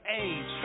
age